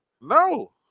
No